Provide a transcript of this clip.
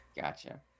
Gotcha